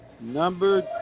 Number